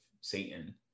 satan